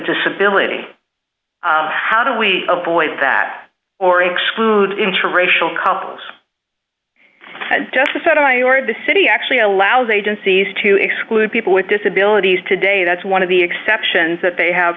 disability how do we avoid that or exclude interracial couples had just said i ordered the city actually allows agencies to exclude people with disabilities today that's one of the exceptions that they have